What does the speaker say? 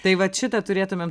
tai vat šitą turėtumėm